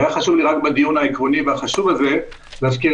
היה לי חשוב בדיון החשוב והעקרוני הזה להזכיר